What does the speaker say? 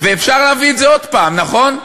ואפשר להביא את זה עוד פעם, נכון?